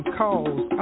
calls